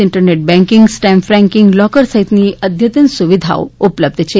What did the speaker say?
internet banking stamp franking locker સહિતની અદ્યતન સુવિધાઓ ઉપલબ્ધ છે